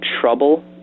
trouble